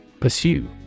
Pursue